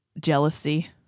jealousy